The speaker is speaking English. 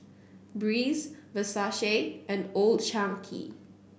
Breeze Versace and Old Chang Kee